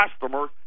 customer